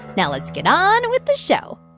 now let's get on with the show